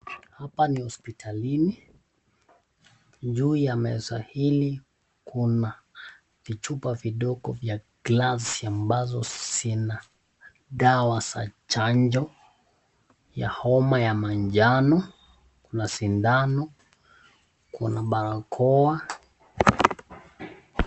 Hapa ni hospitalini. Juu ya meza hili kuna vichupa vidogo vya glasi ambazo zina dawa za chanjo ya homa ya manjano. Kuna sindano. Kuna barakoa.